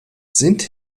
sind